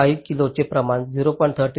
5 किलोचे प्रमाण 0